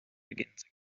begins